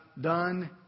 done